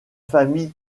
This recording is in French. famille